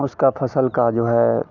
उसका फसल का जो है